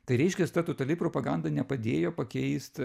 tai reiškias ta totali propaganda nepadėjo pakeist